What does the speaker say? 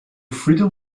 freedom